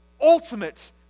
ultimate